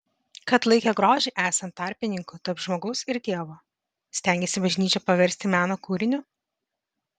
kad laikė grožį esant tarpininku tarp žmogaus ir dievo stengėsi bažnyčią paversti meno kūriniu